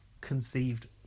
conceived